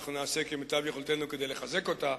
שאנחנו נעשה כמיטב יכולתנו כדי לחזק אותה,